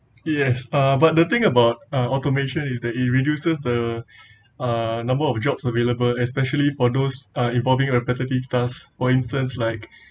yes uh but the thing about uh automation is that it reduces the uh number of jobs available especially for those are involving repetitive tasks for instance like